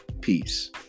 Peace